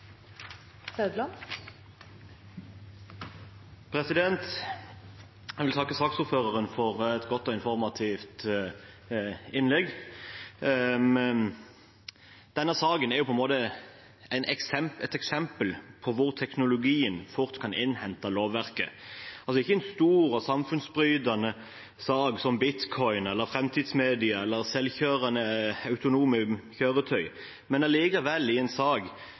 omsyn. Eg vil anbefale tilrådinga frå komiteen. Jeg vil takke saksordføreren for et godt og informativt innlegg. Denne saken er et eksempel på at teknologien fort kan innhente lovverket. Dette er ikke en stor og samfunnsbrytende sak som bitcoin, framtidsmedia eller autonome kjøretøy, men allikevel en sak